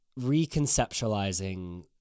reconceptualizing